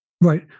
Right